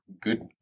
Good